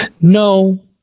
No